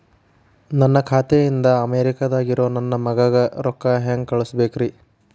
ನನ್ನ ಖಾತೆ ಇಂದ ಅಮೇರಿಕಾದಾಗ್ ಇರೋ ನನ್ನ ಮಗಗ ರೊಕ್ಕ ಹೆಂಗ್ ಕಳಸಬೇಕ್ರಿ?